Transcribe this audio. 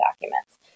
documents